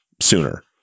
sooner